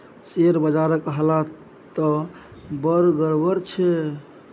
share बजारक हालत त बड़ गड़बड़ छै